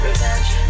Revenge